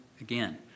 again